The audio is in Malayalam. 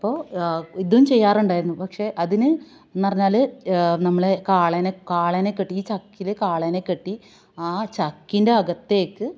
അപ്പോൾ ഇതും ചെയ്യാറുണ്ടായിരുന്നു പക്ഷേ അതിന് എന്നു പറഞ്ഞാൽ നമ്മൾ കാളേനെ കാളേനെ കെട്ടി ഈ ചക്കിൽ കാളേനെ കെട്ടി ആ ചക്കിന്റെകത്തേക്ക്